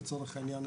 לצורך העניין,